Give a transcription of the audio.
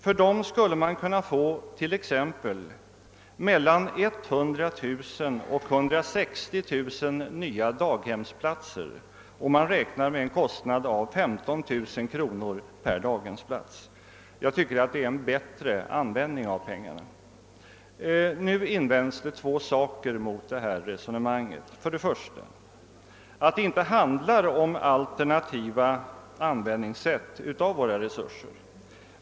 För dem skulle man kunna få t.ex. mellan 100000 och 160 000 nya daghemsplatser, om man räknar med en kostnad av 15 000 kronor per daghemsplats. Jag tycker det är en bättre användning av pengarna. Mot detta resonemang görs två invändningar. För det första att det inte handlar om alternativa användningssätt av våra resurser.